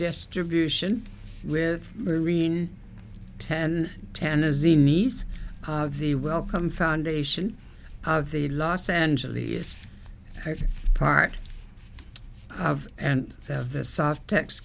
distribution with remain ten ten as the needs of the welcome foundation of the los angeles part and of the soft x